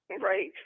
Right